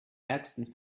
ärgsten